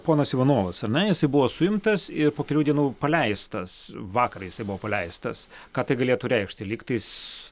ponas ivanovas ar ne jisai buvo suimtas ir po kelių dienų paleistas vakar jisai buvo paleistas ką tai galėtų reikšti lygtais